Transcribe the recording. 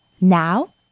Now